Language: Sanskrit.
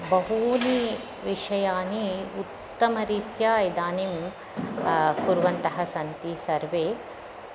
बहुनि विषयानि उत्तमरीत्या इदानीं कुर्वन्तः सन्ति सर्वे